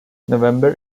november